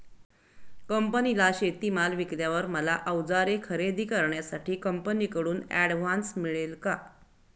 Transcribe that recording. कंपनीला शेतीमाल विकल्यावर मला औजारे खरेदी करण्यासाठी कंपनीकडून ऍडव्हान्स मिळेल का?